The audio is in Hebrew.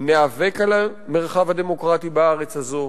ניאבק על המרחב הדמוקרטי בארץ הזאת,